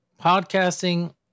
Podcasting